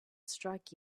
strike